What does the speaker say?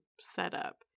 setup